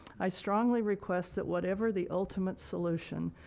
i strongly request that whatever the ultimate solution,